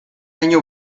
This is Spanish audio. año